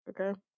Okay